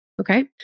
okay